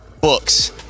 Books